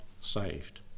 saved